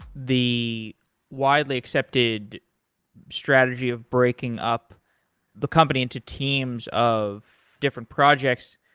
the wildly accepted strategy of breaking up the company into teams of different projects,